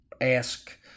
ask